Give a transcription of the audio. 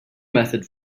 method